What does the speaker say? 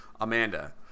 Amanda